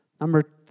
Number